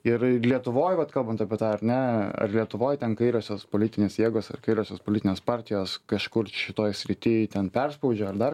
ir lietuvoj vat kalbant apie tą ar ne ar lietuvoj ten kairiosios politinės jėgos ar kairiosios politinės partijos kažkur šitoj srity ten perspaudžia ar dar